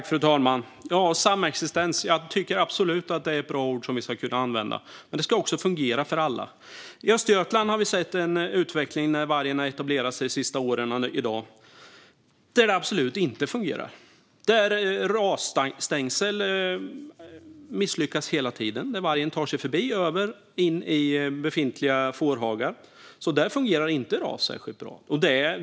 Fru talman! Jag tycker absolut att "samexistens" är ett bra ord som vi ska kunna använda. Men det ska också fungera för alla. I Östergötland har vi sett en utveckling där vargen har etablerat sig de sista åren och där det absolut inte fungerar. Man misslyckas med rovdjursavvisande stängsel hela tiden. Vargen tar sig förbi och över dem hela tiden och in i befintliga fårhagar. Där fungerar inte de rovdjursavvisande stängslen särskilt bra.